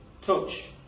touch